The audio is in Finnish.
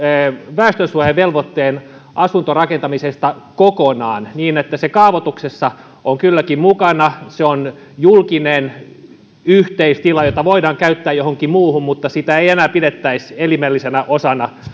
väestönsuojavelvoitteen asuntorakentamisesta kokonaan niin että se kaavoituksessa olisi kylläkin mukana se on julkinen yhteistila jota voidaan käyttää johonkin muuhun mutta sitä ei enää pidettäisi elimellisenä osana